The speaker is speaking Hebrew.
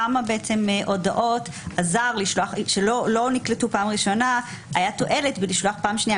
כמה באמת הודעות שלא נקלטו בפעם הראשונה היה תועלת בלשלוח פעם שנייה.